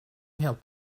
help